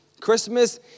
Christmas